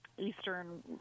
Eastern